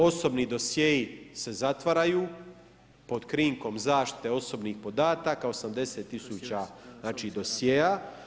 Osobni dosjei se zatvaraju pod krinkom zaštite osobnih podataka, 80 tisuća znači dosjea.